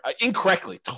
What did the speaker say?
incorrectly